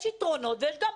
יש יתרונות ויש חסרונות.